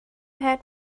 had